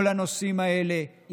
כל הנושאים האלה,